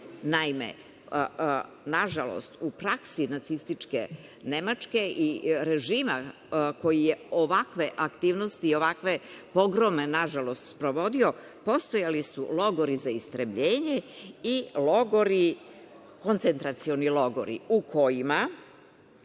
Naime, nažalost, u praksi Nacističke Nemačke i režima koji je ovakve aktivnosti i ovakve pogrome, nažalost, sprovodio postojali su logori za istrebljenje i koncentracioni logori u kojima